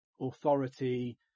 authority